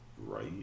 Right